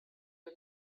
are